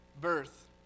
birth